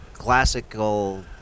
Classical